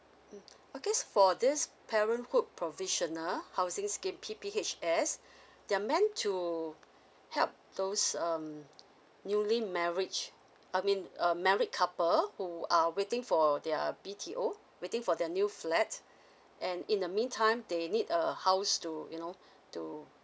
mm okay for this parenthood provisional housing scheme P_P_H_S they're meant to help those um newly marriage I mean a married couple who are waiting for their B_T_O waiting for their new flat and in the meantime they need a house to you know to